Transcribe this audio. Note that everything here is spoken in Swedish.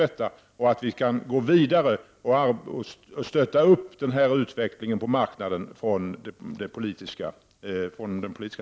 Därmed blir det fler politiker som ger sitt stöd åt utvecklingen på marknaden i fråga.